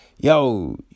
Yo